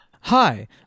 Hi